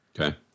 Okay